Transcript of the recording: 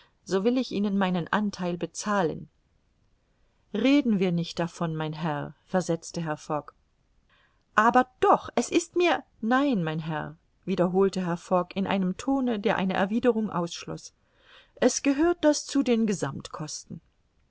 so will ich meinen antheil bezahlen reden wir nicht davon mein herr versetzte herr fogg aber doch es ist mir nein mein herr wiederholte herr fogg in einem tone der eine erwiderung ausschloß es gehört das zu den